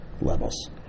levels